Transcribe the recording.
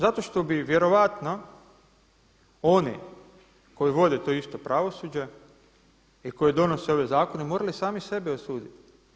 Zato što bi vjerojatno oni koji vode to isto pravosuđe i koji donose ove zakone morali sami sebe osuditi.